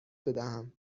بدهم